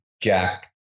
jack